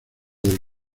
del